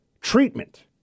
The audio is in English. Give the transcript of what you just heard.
treatment